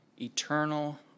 eternal